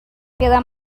pela